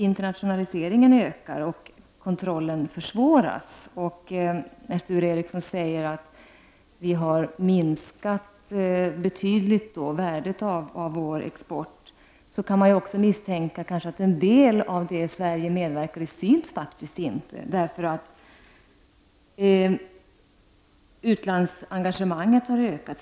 Internationaliseringen ökar och kontrollen försvåras. När Sture Ericson säger att värdet av vår export har minskat betydligt, kan man misstänka att en del av det som Sverige medverkar i faktiskt inte syns. Utlandsengagemanget har ökat.